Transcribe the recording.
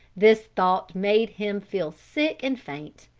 this thought made him feel sick and faint,